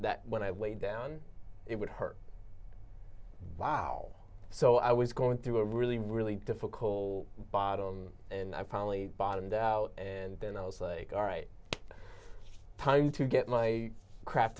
that when i weighed down it would hurt wow so i was going through a really really difficult battle and i finally bottomed out and then i was like oh right time to get my craft